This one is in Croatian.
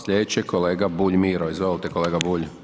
Sljedeći je kolega Bulj Miro, izvolite kolega Bulj.